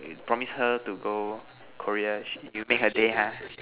you promise her to go Korea she you made her day ha